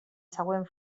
següent